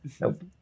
Nope